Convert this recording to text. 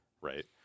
right